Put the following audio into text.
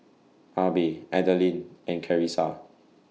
Abe Adalyn and Carissa